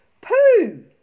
Poo